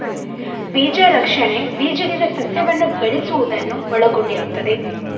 ಬೀಜ ರಕ್ಷಣೆ ಬೀಜದಿಂದ ಸಸ್ಯವನ್ನು ಬೆಳೆಸುವುದನ್ನು ಒಳಗೊಂಡಿರುತ್ತದೆ